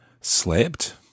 slept